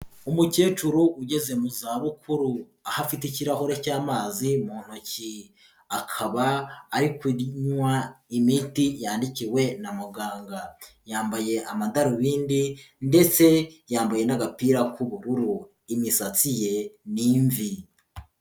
Umukecuru ugeze mu zabukuru, aho afite ikirahure cy'amazi mu ntoki, akaba ari kunywa imiti yandikiwe na muganga, yambaye amadarubindi ndetse yambaye n'agapira k'ubururu, imisatsi ye ni imvi.